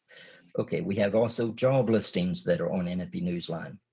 ok we have also job listings that are on and nfb-newsline.